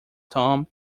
tomb